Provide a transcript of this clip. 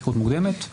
היכרות מוקדמת,